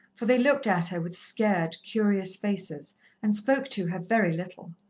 for they looked at her with scared, curious faces and spoke to her very little.